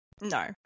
No